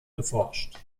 geforscht